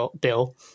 bill